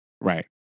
right